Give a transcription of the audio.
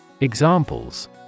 Examples